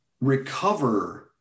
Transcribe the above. recover